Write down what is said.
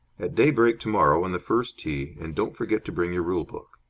at daybreak tomorrow on the first tee, and don't forget to bring your rule-book.